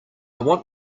want